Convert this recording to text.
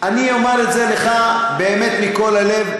אני אומר את זה לך באמת מכל הלב,